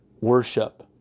worship